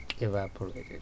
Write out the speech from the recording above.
evaporated